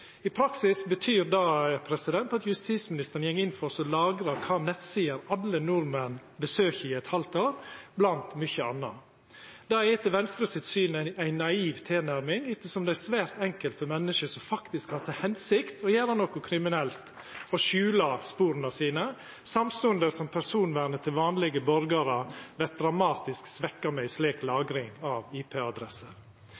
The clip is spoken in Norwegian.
I praksis betyr det at justisministeren går inn for å lagra kva nettsider alle nordmenn besøkjer i eit halvt år, blant mykje anna. Det er etter Venstre sitt syn ei naiv tilnærming, ettersom det er svært enkelt for menneske som faktisk har til hensikt å gjera noko kriminelt, å skjula spora sine, samstundes som personvernet til vanlege borgarar vert dramatisk svekt ved ei slik